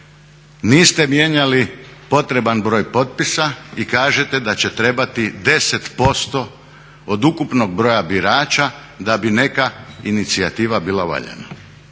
Niste mijenjali potreban broj popisa i kažete da će trebati 10% od ukupnog broja birača da bi neka inicijativa biti valjana.